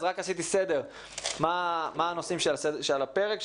רק עשיתי סדר לגבי הנושאים שעל הפרק.